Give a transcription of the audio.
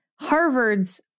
Harvard's